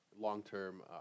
long-term